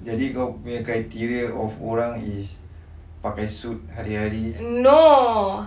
jadi kau nya criteria of orang is pakai suit hari hari